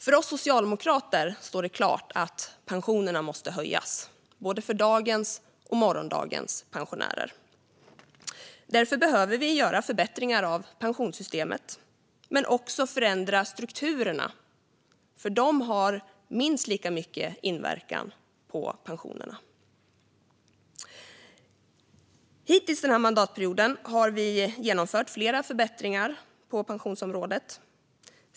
För oss socialdemokrater står det klart att pensionerna måste höjas, för både dagens och morgondagens pensionärer. Därför behöver vi göra förbättringar av pensionssystemet men också förändra strukturerna. De har nämligen minst lika stor inverkan på pensionerna. Hittills den här mandatperioden har vi genomfört flera förbättringar på pensionsområdet.